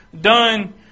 done